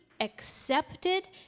accepted